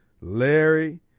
Larry